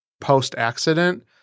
post-accident